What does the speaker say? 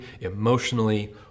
emotionally